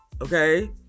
Okay